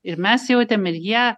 ir mes jautėm ir jie